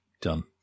done